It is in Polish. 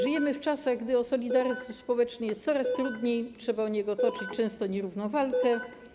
Żyjemy w czasach, gdy o solidaryzm społeczny jest coraz trudniej, trzeba o niego toczyć często nierówną walkę.